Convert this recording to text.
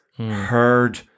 heard